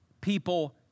People